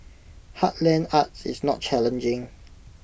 heartland arts is not challenging